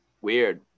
weird